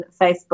Facebook